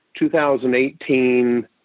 2018